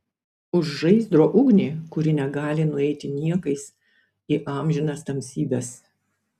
už žaizdro ugnį kuri negali nueiti niekais į amžinas tamsybes